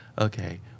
okay